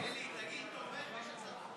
אנחנו עוברים להצעת החוק